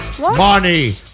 Money